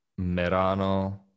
Merano